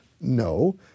no